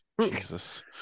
jesus